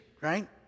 right